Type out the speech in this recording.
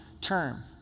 term